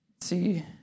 See